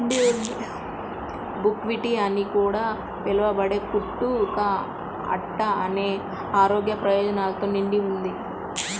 buckwheat అని కూడా పిలవబడే కుట్టు కా అట్ట అనేది ఆరోగ్య ప్రయోజనాలతో నిండి ఉంది